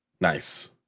Nice